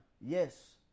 Yes